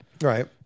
Right